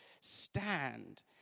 stand